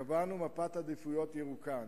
קבענו מפת עדיפויות ירוקה.